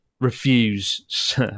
refuse